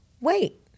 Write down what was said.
wait